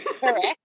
correct